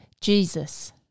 Jesus